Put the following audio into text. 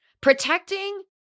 protecting